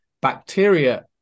bacteria